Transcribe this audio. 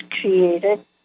created